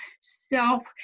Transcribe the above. self